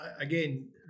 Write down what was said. again